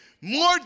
more